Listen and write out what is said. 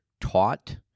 taught